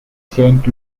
saint